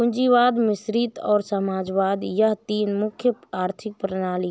पूंजीवाद मिश्रित और समाजवाद यह तीन प्रमुख आर्थिक प्रणाली है